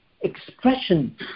expression